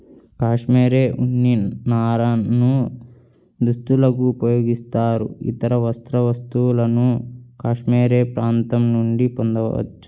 cashmere ఉన్ని నారను దుస్తులకు ఉపయోగిస్తారు, ఇతర వస్త్ర వస్తువులను కాష్మెరె ప్రాంతం నుండి పొందవచ్చు